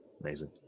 Amazing